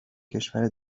کشور